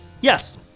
Yes